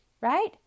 Right